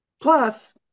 Plus